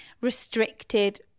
restricted